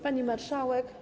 Pani Marszałek!